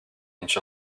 inch